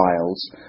files